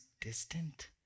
distant